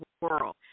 world